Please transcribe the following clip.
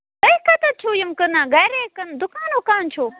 تُہۍ کَتیتھ چھِو یِم کٕنان گرے کِنہٕ دُکان وُکان چھُو